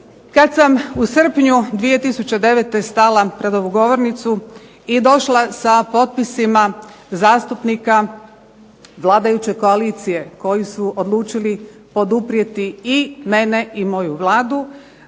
kad sam u srpnju 2009. stala pred ovu govornicu i došla sa potpisima zastupnika vladajuće koalicije koji su odlučili poduprijeti i mene i moju Vladu